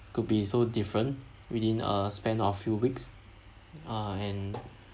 could be so different within a span of few weeks uh and